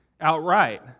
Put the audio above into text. outright